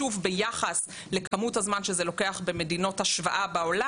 ביחס לכמות הזמן שזה לוקח במדינות השוואה בעולם.